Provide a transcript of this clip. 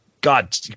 God